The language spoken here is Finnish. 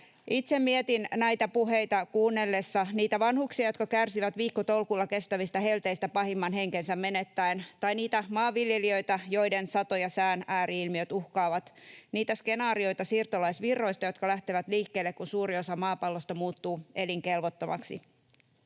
Itse mietin näitä puheita kuunnellessa niitä vanhuksia, jotka kärsivät viikkotolkulla kestävistä helteistä pahimmillaan henkensä menettäen, tai niitä maanviljelijöitä, joiden sato- ja sään ääri-ilmiöt uhkaavat, niitä skenaarioita siirtolaisvirroista, jotka lähtevät liikkeelle, kun suuri osa maapallosta muuttuu elinkelvottomaksi.